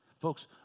Folks